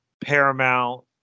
Paramount